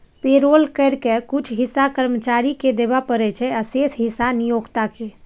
payroll कर के कुछ हिस्सा कर्मचारी कें देबय पड़ै छै, आ शेष हिस्सा नियोक्ता कें